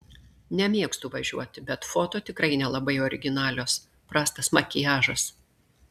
nemėgstu važiuoti bet foto tikrai nelabai originalios prastas makiažas